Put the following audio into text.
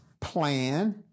plan